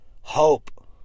hope